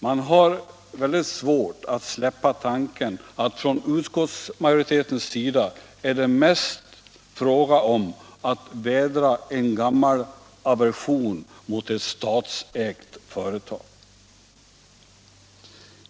Man har väldigt svårt att släppa tanken att från utskottsmajoritetens sida är det mest fråga om att vädra en gammal aversion mot ett statsägt företag.